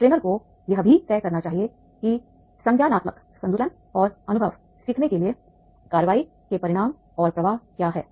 trainer को यह भी तय करना चाहिए कि संज्ञानात्मक संतुलन और अनुभव सीखने के लिए कार्रवाई के परिणाम और प्रवाह क्या हैं